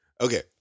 Okay